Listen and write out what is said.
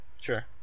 sure